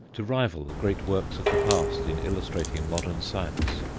to rival the great works of the past in illustrating modern science.